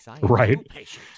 right